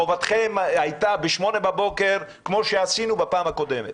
חובתכם הייתה כמו שעשינו בפעם הקודמת